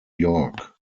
york